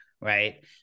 right